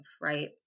right